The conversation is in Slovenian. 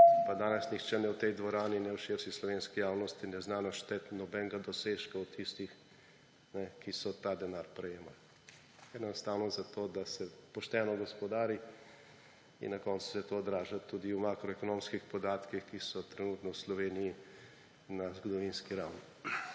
pa danes nihče ne v tej dvorani ne v širši slovenski javnosti ne zna našteti nobenega dosežka tistih, ki so ta denar prejemali. Gre enostavno za to, da se pošteno gospodari, in na koncu se to odraža tudi v makroekonomskih podatkih, ki so trenutno v Sloveniji na zgodovinski ravni.